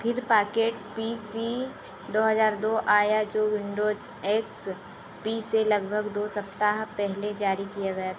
फिर pocket P C दो हज़ार दो आया जो विन्डोज़ एक्स पी से लगभग दो सप्ताह पहले जारी किया गया था